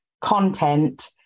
content